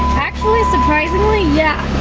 actually, surprisingly, yeah.